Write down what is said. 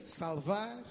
salvar